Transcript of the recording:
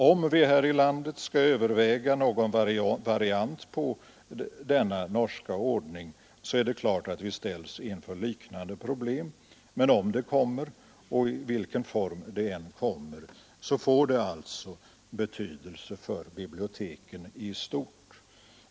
Om vi här i landet skall överväga någon variant av denna norska ordning är det klart att vi ställs inför liknande problem. Men om den kommer och i vilken form den än kommer får den alltså betydelse för biblioteken i stort.